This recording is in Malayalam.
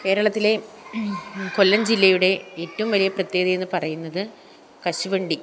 കേരളത്തിലെ കൊല്ലം ജില്ലയുടെ ഏറ്റവും വലിയ പ്രത്യേകതയെന്ന് പറയുന്നത് കശുവണ്ടി